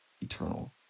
eternal